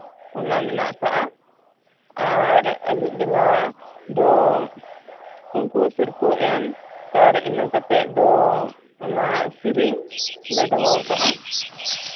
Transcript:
ᱚᱱᱟ ᱢᱮᱱᱟᱜ ᱟᱠᱟᱫᱼᱟ ᱟᱨ ᱟᱹᱭᱩᱯ ᱵᱮᱞᱟ ᱫᱚ ᱩᱱᱠᱩ ᱥᱤᱨᱯᱟᱹ ᱮᱢ ᱛᱟᱨ ᱤᱱᱟᱹ ᱠᱟᱛᱮ ᱫᱚ ᱚᱱᱟ ᱥᱤᱨᱤᱧ ᱞᱮ ᱫᱚᱦᱚᱣᱟᱠᱟᱜᱼᱟ